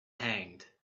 hanged